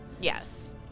Yes